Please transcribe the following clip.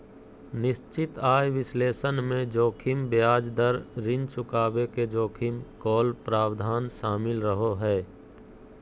निश्चित आय विश्लेषण मे जोखिम ब्याज दर, ऋण चुकाबे के जोखिम, कॉल प्रावधान शामिल रहो हय